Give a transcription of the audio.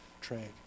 trade